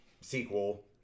sequel